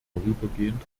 vorübergehend